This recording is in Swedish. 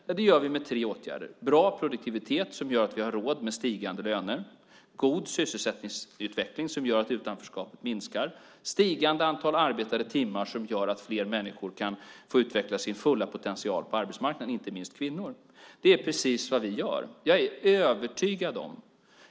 Ja, det gör vi med tre åtgärder: med en bra produktivitet som gör att vi har råd med stigande löner, med en god sysselsättningsutveckling som gör att utanförskapet minskar och med ett stigande antal arbetade timmar som gör att fler människor kan få utveckla sin fulla potential på arbetsmarknaden, inte minst kvinnor. Det här är precis vad vi gör.